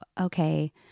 okay